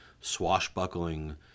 swashbuckling